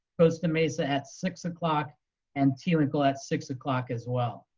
costa mesa at six o'clock and tewinkle at six o'clock as well.